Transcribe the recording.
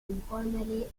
informally